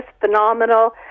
phenomenal